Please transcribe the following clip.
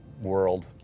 world